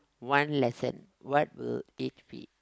one lesson what will it be